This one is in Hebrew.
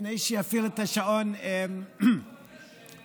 לפני שיפעיל את השעון, תודה.